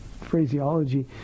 phraseology